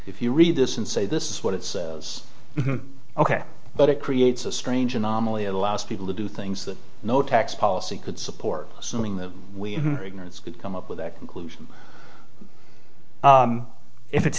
if you read this and say this is what it's ok but it creates a strange anomaly it allows people to do things that no tax policy could support assuming that we could come up with that conclusion if it's